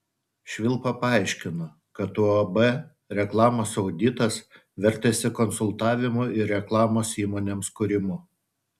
švilpa paaiškino kad uab reklamos auditas vertėsi konsultavimu ir reklamos įmonėms kūrimu